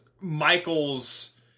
Michaels